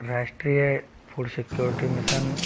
राष्ट्रीय food security mission